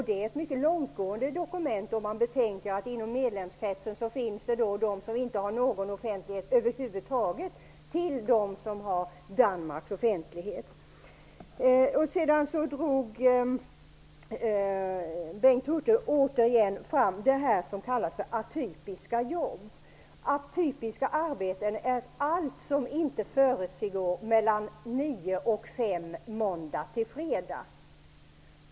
Det är ett mycket långtgående dokument, om man betänker att det inom medlemskretsen finns både länder som inte tillämpar någon offentlighet över huvud taget och länder som har Danmarks offentlighet. Bengt Hurtig drog åter fram det som kallas atypiska jobb. Atypiska arbeten är alla arbeten som inte försiggår mellan kl. 9 och kl. 5 måndag till fredag.